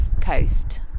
coast